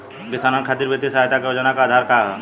किसानन खातिर वित्तीय सहायता और योजना क आधार का ह?